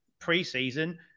pre-season